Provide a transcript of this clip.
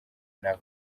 nawe